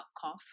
cough